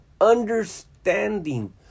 understanding